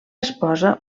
esposa